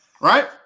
right